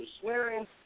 swearing